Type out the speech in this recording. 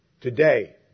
Today